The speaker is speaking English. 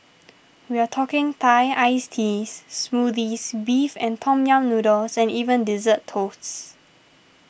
we're talking Thai Iced Teas Smoothies Beef and Tom Yam Noodles and even Dessert Toasts